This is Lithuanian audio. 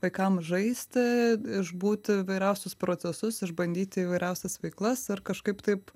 vaikam žaisti išbūti įvairiausius procesus išbandyti įvairiausias veiklas ar kažkaip taip